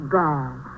bad